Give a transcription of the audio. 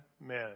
men